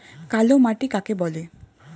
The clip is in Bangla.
কালোমাটি কাকে বলে?